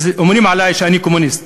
אז אומרים עלי שאני קומוניסט.